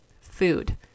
food